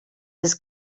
his